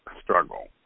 struggle